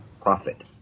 profit